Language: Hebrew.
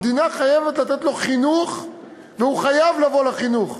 המדינה חייבת לתת לו חינוך והוא חייב לבוא לחינוך.